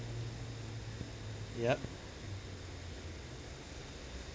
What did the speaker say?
yup